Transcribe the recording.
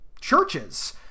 churches